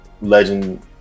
legend